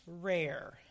rare